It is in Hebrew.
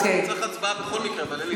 צריך הצבעה בכל מקרה, אבל אין לי בעיה.